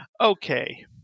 Okay